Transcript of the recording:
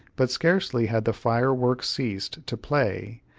but scarcely had the fireworks ceased to play,